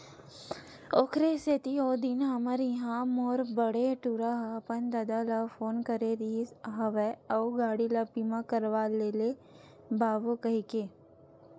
ओखरे सेती ओ दिन हमर इहाँ मोर बड़े टूरा ह अपन ददा ल फोन करे रिहिस हवय अउ गाड़ी ल बीमा करवा लेबे बाबू कहिके